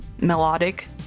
melodic